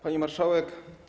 Pani Marszałek!